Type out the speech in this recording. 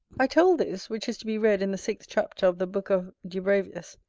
i told this, which is to be read in the sixth chapter of the book of dubravius,